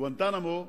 גואנטנמו,